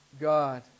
God